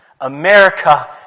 America